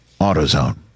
AutoZone